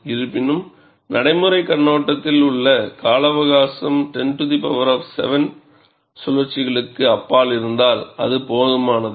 இருப்பினும் நடைமுறைக் கண்ணோட்டத்தில் உங்கள் கால அவகாசம் 10 7 சுழற்சிகளுக்கு அப்பால் இருந்தால் அது போதுமானது